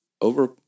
over